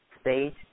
Stage